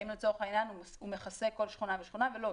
האם לצורך העניין הוא מכסה כל שכונה ושכונה, ולא.